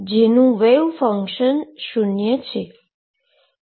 જેનું wave function 0 છે